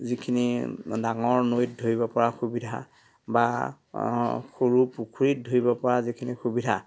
যিখিনি ডাঙৰ নৈত ধৰিব পৰা সুবিধা বা সৰু পুখুৰীত ধৰিব পৰা যিখিনি সুবিধা